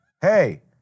hey